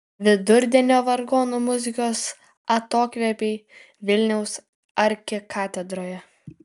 vidurdienio vargonų muzikos atokvėpiai vilniaus arkikatedroje